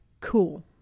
cool